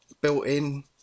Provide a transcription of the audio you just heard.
built-in